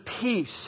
peace